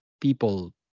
people